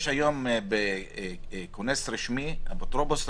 יש היום כונס רשמי אפוטרופוס,